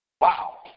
Wow